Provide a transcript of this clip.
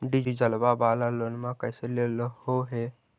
डीजलवा वाला लोनवा कैसे लेलहो हे?